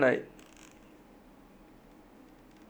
ya automatically will get better